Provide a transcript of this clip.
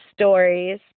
stories